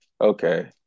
Okay